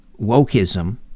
wokeism